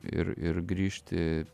ir ir grįžti